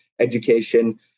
education